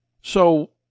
So